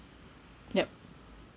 yup